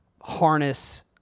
harness